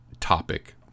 topic